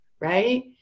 right